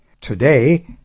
Today